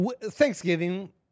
Thanksgiving